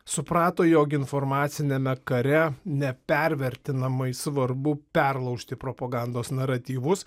suprato jog informaciniame kare nepervertinamai svarbu perlaužti propagandos naratyvus